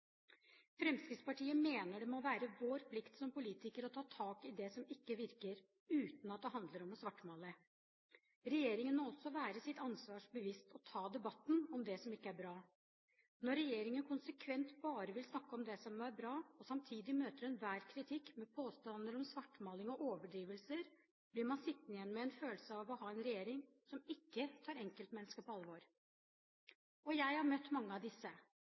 Fremskrittspartiet mener det må være vår plikt som politikere å ta tak i det som ikke virker, uten at det handler om å svartmale. Regjeringen må også være seg sitt ansvar bevisst og ta debatten om det som ikke er bra. Når regjeringen konsekvent bare vil snakke om det som er bra, og samtidig møter enhver kritikk med påstander om svartmaling og overdrivelser, blir man sittende igjen med en følelse av å ha en regjering som ikke tar enkeltmennesker på alvor. Jeg har møtt mange av disse.